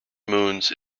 moons